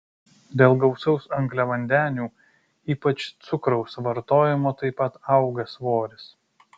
dėl gausaus angliavandenių ypač cukraus vartojimo taip pat auga svoris